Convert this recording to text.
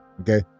Okay